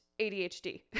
ADHD